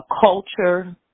culture